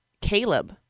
Caleb